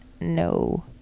no